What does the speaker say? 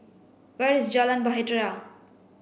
where is Jalan Bahtera